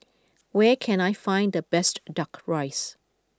where can I find the best duck rice